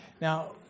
Now